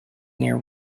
near